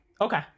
okay